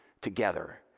together